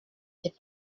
des